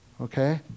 Okay